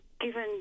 given